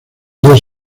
dos